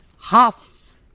half